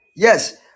Yes